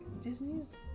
Disney's